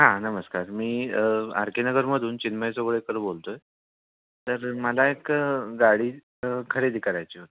हां नमस्कार मी आर के नगरमधून चिन्मय जोगळेकर बोलतोय तर मला एक गाडी खरेदी करायची होती